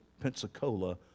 Pensacola